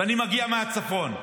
ואני מגיע מהצפון,